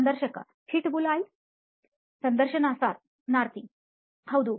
ಸಂದರ್ಶಕHitbullseye ಸಂದರ್ಶನಾರ್ಥಿ ಹೌದು